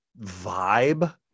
vibe